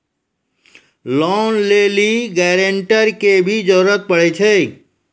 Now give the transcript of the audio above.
Loan लै लेली guarantor के भी जरूरी पड़ै छै?